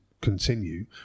continue